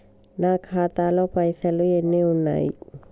నా ఖాతాలో పైసలు ఎన్ని ఉన్నాయి?